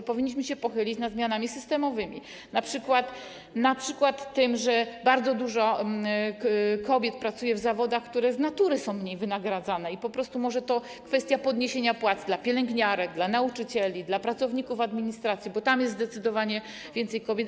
i może powinniśmy się pochylić nad zmianami systemowymi, np. nad tym, że bardzo dużo kobiet pracuje w zawodach, które z natury są mniej wynagradzane, i po prostu może to kwestia podniesienia płac dla pielęgniarek, dla nauczycieli, dla pracowników administracji, bo tam jest zdecydowanie więcej kobiet.